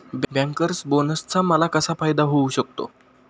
Bankers बोनसचा मला कसा फायदा होऊ शकतो?